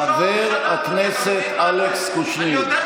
חבר הכנסת אלכס קושניר,